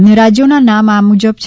અન્ય રાજયોના નામ આ મુજબ છે